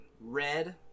red